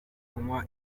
kunywa